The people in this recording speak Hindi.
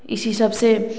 इसी सबसे